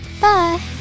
Bye